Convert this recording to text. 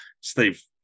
Steve